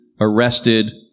arrested